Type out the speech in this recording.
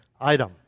item